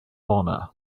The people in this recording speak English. honor